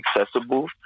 accessible